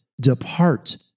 depart